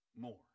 more